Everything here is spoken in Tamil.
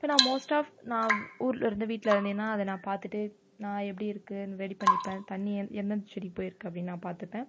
இப்போ நான் மோஸ்ட் ஆஃப் நான் ஊரில் இருந்து வீட்டில் இருந்தேன்னா அதை நான் பார்த்துட்டு நான் எப்படி இருக்குனு ரெடி பண்ணிப்பேன் தண்ணீர் எந் எந்ததெந்த செடிக்குப் போய்ருக்கு அப்படின்னு நான் பார்த்துப்பேன்